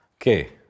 Okay